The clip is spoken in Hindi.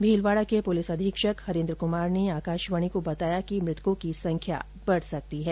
भीलवाडा के पुलिस अधीक्षक हरेन्द्र क्मार ने आकाशवाणी को बताया कि मृतको की संख्या बढ सकती है